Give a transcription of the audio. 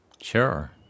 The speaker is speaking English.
Sure